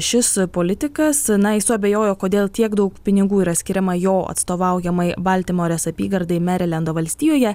šis politikas na jis suabejojo kodėl tiek daug pinigų yra skiriama jo atstovaujamai baltimorės apygardai merilendo valstijoje